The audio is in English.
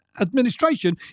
administration